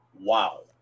wow